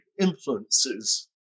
influences